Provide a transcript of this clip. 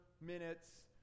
minutes